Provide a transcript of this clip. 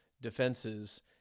defenses